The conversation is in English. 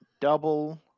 Double